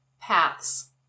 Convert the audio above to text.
paths